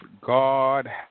God